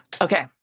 Okay